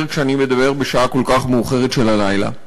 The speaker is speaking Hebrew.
כשאני מדבר בשעה כל כך מאוחרת של הלילה.